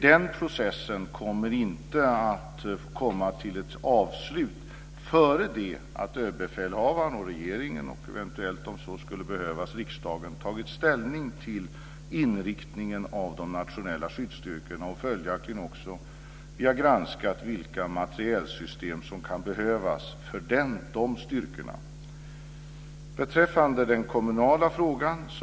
Den processen kommer inte att komma till ett avslut före det att överbefälhavaren, regeringen och eventuellt riksdagen tagit ställning till inriktningen av de nationella skyddsstyrkorna och följaktligen har vi granskat vilka materielsystem som kan behövas för dem. Sedan var det den kommunala frågan.